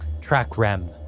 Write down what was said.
Trackrem